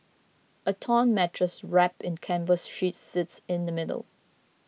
a torn mattress wrapped in canvas sheets sits in the middle